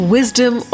Wisdom